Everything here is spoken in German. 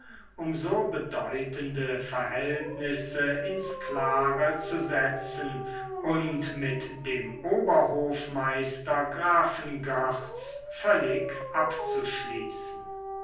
um so bedeutende verhältnisse ins klare zu setzen und mit dem oberhofmeister grafen görtz völlig abzuschließen